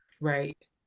Right